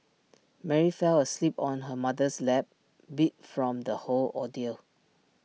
Mary fell asleep on her mother's lap beat from the whole ordeal